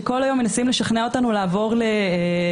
שכל היום מנסים לשכנע אותנו לעבור לדיגיטציה.